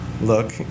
look